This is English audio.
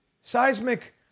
Seismic